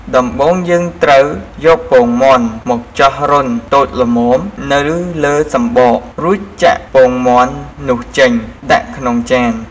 ដំបូងយើងត្រូវ យកពងមាន់មកចោះរន្ធតូចល្មមនៅលើសំបក រួចចាក់ពងមាន់នោះចេញដាក់ក្នុងចាន។